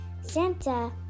Santa